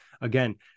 again